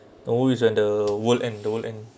always and the world end the world end